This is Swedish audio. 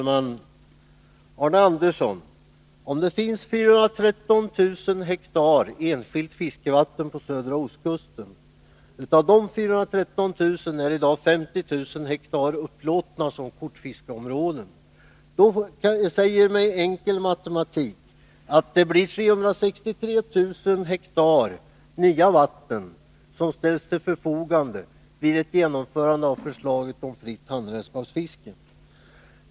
Herr talman! Det finns, Arne Andersson, 413 000 hektar enskilt fiskevatten på södra ostkusten. Av dessa 413 000 hektar är i dag 50 000 upplåtna som kortfiskeområden. Enkel matematik säger mig att det blir 363 000 hektar nya vatten som ställs till förfogande vid ett genomförande av förslaget om fritt handredskapsfiske.